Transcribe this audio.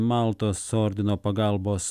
maltos ordino pagalbos